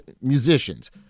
musicians